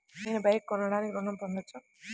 నేను బైక్ కొనటానికి ఋణం పొందవచ్చా?